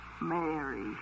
Mary